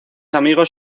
amigos